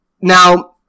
now